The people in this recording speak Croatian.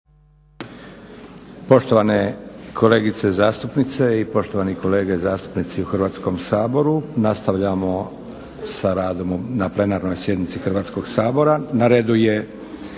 Poštovane kolegice zastupnice i poštovani kolege zastupnici u Hrvatskom saboru, nastavljamo sa radom na plenarnoj sjednici Hrvatskog sabora. Na redu je